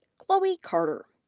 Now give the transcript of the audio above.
chloe carter,